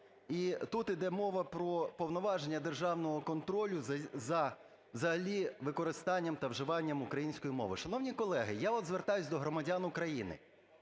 І тут йде мова про повноваження державного контролю за взагалі використанням та вживанням української мови. Шановні колеги, я от звертаюсь до громадян України,